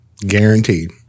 Guaranteed